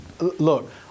look